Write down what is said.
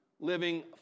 Living